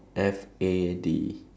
F A D